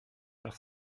par